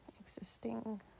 existing